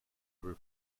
every